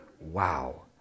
Wow